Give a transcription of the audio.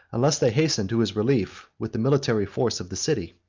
unless they hastened to his relief with the military force of the city.